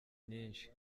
nyinshi